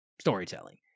storytelling